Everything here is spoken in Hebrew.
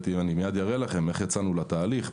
אראה לכם איך יצאנו לתהליך.